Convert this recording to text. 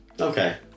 okay